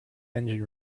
engine